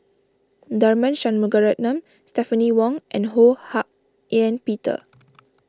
Tharman Shanmugaratnam Stephanie Wong and Ho Hak Ean Peter